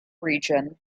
region